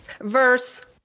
Verse